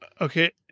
Okay